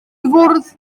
fwrdd